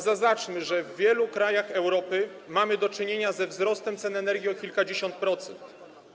Zaznaczmy, że w wielu krajach Europy mamy do czynienia ze wzrostem cen energii o kilkadziesiąt procent.